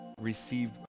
receive